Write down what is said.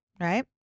Right